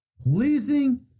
pleasing